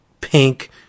pink